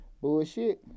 bullshit